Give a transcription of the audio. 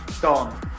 Don